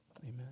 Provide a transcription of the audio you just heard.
Amen